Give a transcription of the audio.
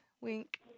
Wink